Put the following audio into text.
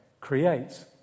creates